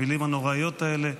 המילים הנוראיות האלה,